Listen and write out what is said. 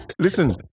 listen